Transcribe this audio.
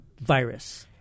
virus